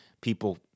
people